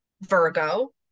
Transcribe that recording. Virgo